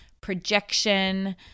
projection